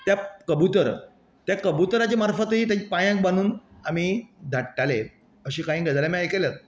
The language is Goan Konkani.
त्या कबूतर त्या कबूतराचे मार्फतय तेच्या पायांक बांदून आमी धाडटाले अशें कांय गजाली आमी आयकल्यात